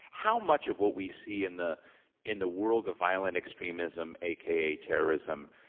how much of what we see in the in the world of violent extremism, a k a terrorism,